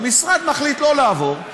והמשרד מחליט לא לעבור.